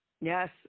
Yes